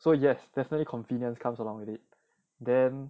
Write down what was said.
so yes definitely convenience comes along with it then